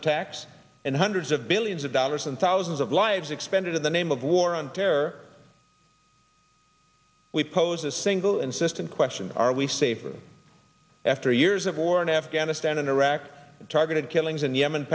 attacks and hundreds of billions of dollars and thousands of lives expended in the name of war on terror we posed a single insistent question are we safer after years of war in afghanistan in iraq targeted killings in yemen